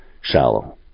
shallow